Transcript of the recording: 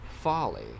folly